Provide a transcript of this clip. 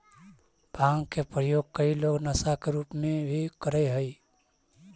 भाँग के प्रयोग कई लोग नशा के रूप में भी करऽ हई